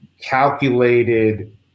calculated